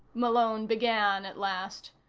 malone began at last.